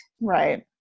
Right